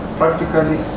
practically